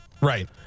Right